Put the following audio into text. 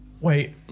wait